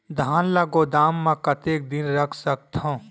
धान ल गोदाम म कतेक दिन रख सकथव?